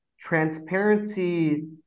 transparency